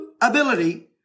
ability